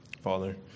father